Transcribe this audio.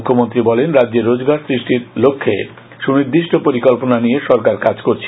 মুখ্যমন্ত্রী বলেন রাজ্যে রোজগার সৃষ্টির লক্ষ্যে সুনির্দিষ্ট পরিকল্পনা নিয়ে সরকার কাজ করছে